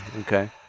Okay